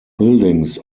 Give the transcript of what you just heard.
buildings